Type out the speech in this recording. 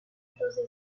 campeonatos